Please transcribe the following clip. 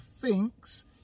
thinks